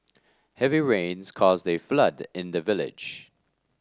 heavy rains caused a flood in the village